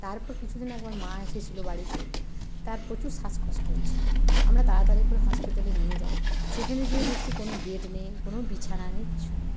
তারপর কিছু দিন আগে ওর মা এসেছিল বাড়িতে তার প্রচুর শ্বাসকষ্ট হচ্ছিলো আমরা তাড়াতাড়ি করে হসপিটালে নিয়ে যায় সেখানে যেয়ে দেখছি কোন বেড নেই কোন বিছানা নেই কিছু নেই